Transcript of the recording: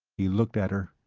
he looked at her.